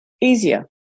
easier